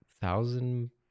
thousand